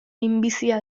minbizia